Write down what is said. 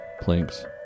planks